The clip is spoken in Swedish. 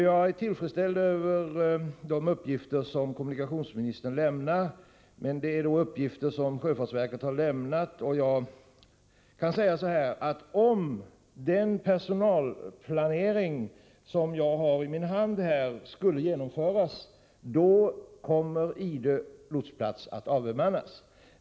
Jag är tillfredsställd med de uppgifter som kommunikationsministern lämnar, men det är uppgifter som kommer från sjöfartsverket. Jag har här i min hand en plan för personalplaneringen, och om denna skulle genomföras, då kommer Idö lotsplats att avbemannas.